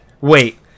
Wait